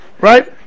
right